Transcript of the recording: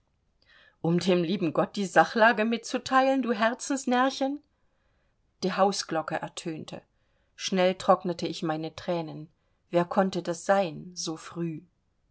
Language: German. um dem lieben gott die sachlage mitzuteilen du herzensnärrchen die hausglocke ertönte schnell trocknete ich meine thränen wer konnte das sein so früh